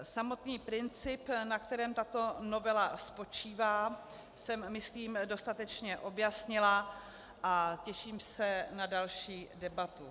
Samotný princip, na kterém tato novela spočívá, jsem myslím dostatečně objasnila, a těším se na další debatu.